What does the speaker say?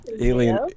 Alien